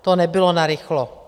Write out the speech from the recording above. To nebylo narychlo.